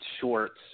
shorts